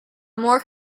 more